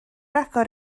agor